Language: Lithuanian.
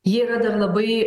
jie yra dar labai